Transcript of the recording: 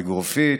בגרופית.